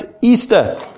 Easter